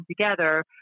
together